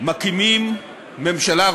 מקימים ממשלה.